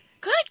Good